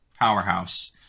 powerhouse